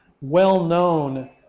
well-known